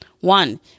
One